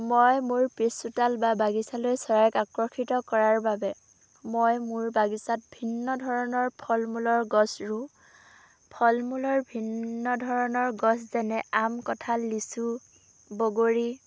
মই মোৰ পিছ চোতাল বা বাগিচালৈ চৰাইক আকৰ্ষিত কৰাৰ বাবে মই মোৰ বাগিচাত ভিন্ন ধৰণৰ ফল মূলৰ গছ ৰুওঁ ফল মূলৰ ভিন্ন ধৰণৰ গছ যেনে আম কঠাল লিচু বগৰী